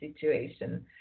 situation